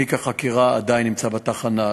תיק החקירה עדיין נמצא בתחנה.